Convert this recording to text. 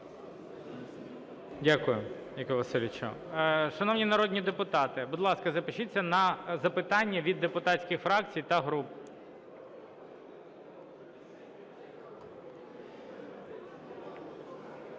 Дякую, Яків Васильович. Шановні народні депутати, будь ласка, запишіться на запитання від депутатських фракцій та груп.